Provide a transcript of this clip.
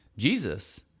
Jesus